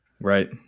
Right